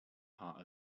part